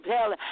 hell